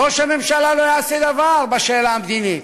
ראש הממשלה לא יעשה דבר בשאלה המדינית,